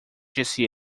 disse